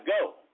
go